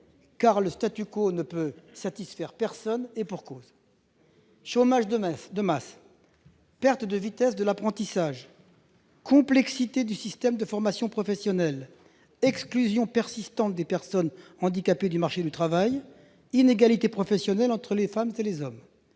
car le ne peut satisfaire personne, et pour cause : il suffit de citer le chômage de masse, la perte de vitesse de l'apprentissage, la complexité du système de formation professionnelle, l'exclusion persistante des personnes handicapées du marché du travail, ou les inégalités professionnelles entre les femmes et les hommes.